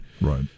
Right